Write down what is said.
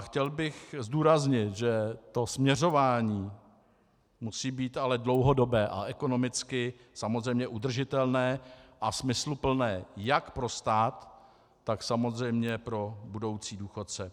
Chtěl bych zdůraznit, že směřování musí být ale dlouhodobé a ekonomicky samozřejmě udržitelné a smysluplné jak pro stát, tak samozřejmě pro budoucí důchodce.